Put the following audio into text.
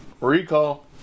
Recall